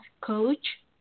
Coach